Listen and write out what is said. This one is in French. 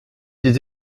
des